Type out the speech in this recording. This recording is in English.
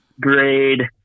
grade